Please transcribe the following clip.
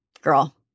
girl